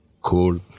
cool